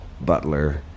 butler